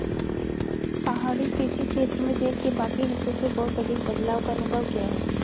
पहाड़ी कृषि क्षेत्र में देश के बाकी हिस्सों से बहुत अधिक बदलाव का अनुभव किया है